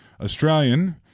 Australian